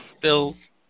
Bills